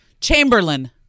Chamberlain